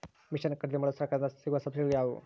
Mission ಖರೇದಿಮಾಡಲು ಸರಕಾರದಿಂದ ಸಿಗುವ ಸಬ್ಸಿಡಿಗಳು ಯಾವುವು?